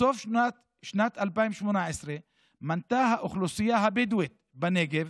בסוף שנת 2018 מנתה האוכלוסייה הבדואית בנגב